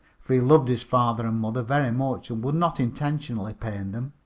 for he loved his father and mother very much, and would not intentionally pain them.